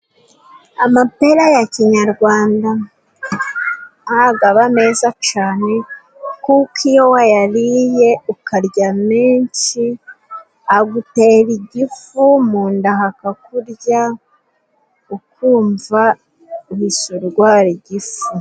Amapera ya kinyarwanda ntago aba meza cane, kuko iyo wayariye ukarya menshi agutera igifu mu nda hakakurya ukumva uhise urwara igifu.